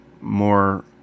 more